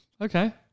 Okay